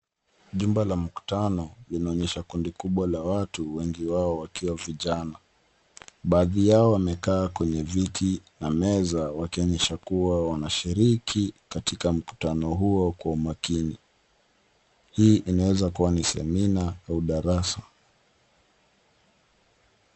Jumba la mkutano linaonyesha kundi kubwa la watu wengi wao wakiwa vijana. Baadhi yao wamekaa kwenye viti na meza wakionyesha kuwa wanashiriki katika mkutano huo kwa umakini. Hii inaweza kuwa ni semina au darasa.